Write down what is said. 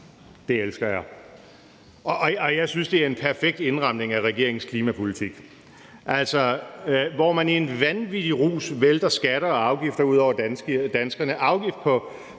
Det elsker jeg, og jeg synes, det er en perfekt indramning af regeringens klimapolitik. Man vælter i en vanvittig rus skatter og afgifter ud over danskerne: afgift på